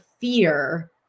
fear